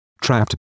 trapped